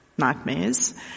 Nightmares